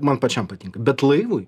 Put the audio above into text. man pačiam patinka bet laivui